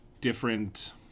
different